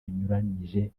binyuranije